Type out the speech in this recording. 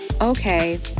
Okay